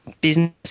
business